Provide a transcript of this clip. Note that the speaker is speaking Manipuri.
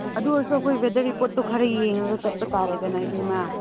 ꯑꯗꯨ ꯑꯣꯏꯔꯁꯨ ꯑꯩꯈꯣꯏ ꯋꯦꯗꯔ ꯔꯤꯄꯣꯔꯠꯇꯨ ꯈꯔ ꯌꯦꯡꯉꯒ ꯆꯠꯄ ꯇꯥꯔꯦꯗꯅ ꯏꯕꯦꯝꯃ